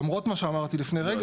למרות מה שאמרתי לפני רגע,